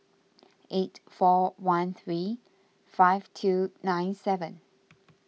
eight four one three five two nine seven